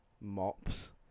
mops